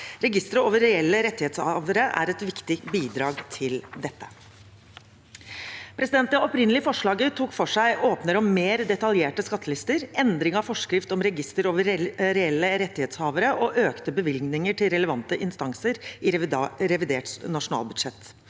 Registeret over reelle rettighetshavere er et viktig bidrag til dette. Det opprinnelige forslaget tok for seg åpnere og mer detaljerte skattelister, endring av forskrift om register over reelle rettighetshavere og økte bevilgninger til relevante instanser i revidert nasjonalbudsjett.